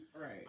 Right